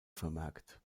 vermerkt